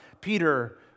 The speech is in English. Peter